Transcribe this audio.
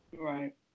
Right